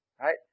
right